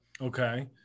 Okay